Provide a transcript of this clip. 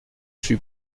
suis